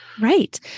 Right